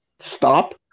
stop